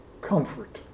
comfort